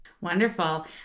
Wonderful